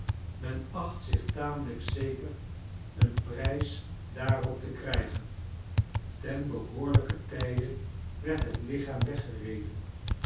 men acht zich tamelijk zeker een prijs daarop te krijgen ten behoorlijken tijde werd het lichaam weggereden